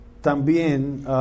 también